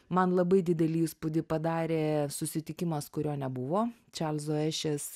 man labai didelį įspūdį padarė susitikimas kurio nebuvo čarlzo ešės